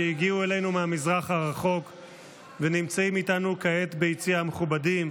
שהגיעו אלינו מהמזרח הרחוק ונמצאים איתנו כעת ביציע המכובדים: